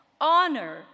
honor